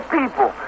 people